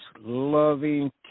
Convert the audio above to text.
loving